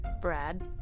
Brad